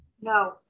no